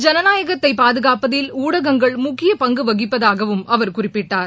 ஜனநாயகத்தை பாதுகாப்பதில் ஊடகங்கள் முக்கிய பங்கு வகிப்பதாகவும் அவர் குறிப்பிட்டார்